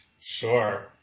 Sure